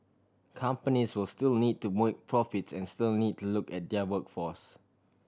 companies will still need to make profits and still need to look at their workforce